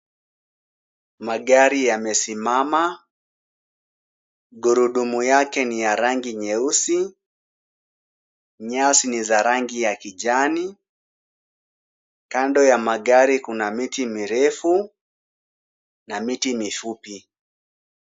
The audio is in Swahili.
Magari yamesimama, gurudumu yake ni ya rangi nyeusi, nyasi ni za rangi ya kijani, kando ya magari kuna miti mirefu na miti mifupi.